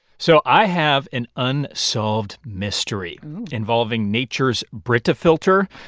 so i have an unsolved mystery involving nature's brita filter,